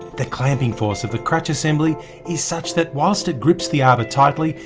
the clamping force of the crutch assembly is such that whilst it grips the arbor tightly,